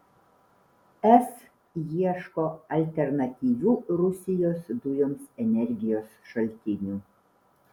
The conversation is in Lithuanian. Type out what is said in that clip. es ieško alternatyvių rusijos dujoms energijos šaltinių